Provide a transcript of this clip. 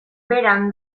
beran